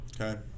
okay